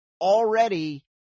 Already